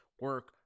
Work